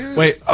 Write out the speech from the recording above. wait